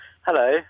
Hello